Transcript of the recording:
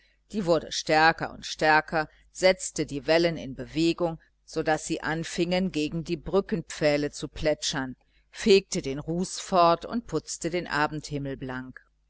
die wurde stärker und stärker setzte die wellen in bewegung so daß sie anfingen gegen die brückenpfähle zu plätschern fegte den ruß fort und putzte den abendhimmel blank